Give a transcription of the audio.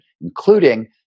including